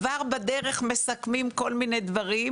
כבר בדרך מסכמים כל מיני דברים,